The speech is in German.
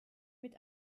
mit